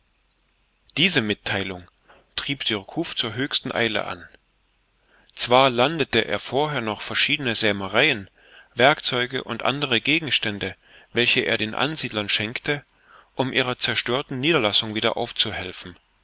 diese mittheilung trieb surcouf zur höchsten eile an zwar landete er vorher noch verschiedene sämereien werkzeuge und andere gegenstände welche er den ansiedlern schenkte um ihrer zerstörten niederlassung wieder aufzuhelfen